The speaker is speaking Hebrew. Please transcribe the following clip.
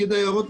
פקיד היערות,